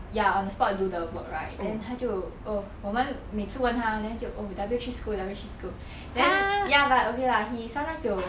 ya on the spot do the work right then 他就 oh 我们每次问他 then 就 oh W three school W three school then ya but okay lah he sometimes will